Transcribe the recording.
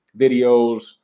videos